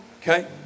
Okay